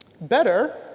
Better